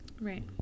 right